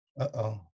Uh-oh